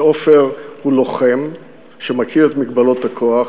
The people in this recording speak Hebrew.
שעפר הוא לוחם שמכיר את מגבלות הכוח,